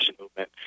movement